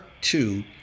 two